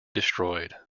destroyed